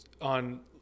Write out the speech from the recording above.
on